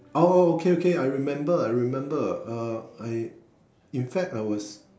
oh oh okay okay I remember I remember uh I in fact I was